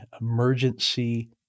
emergency